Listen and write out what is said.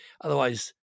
Otherwise